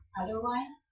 otherwise